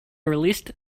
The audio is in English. released